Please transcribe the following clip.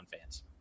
fans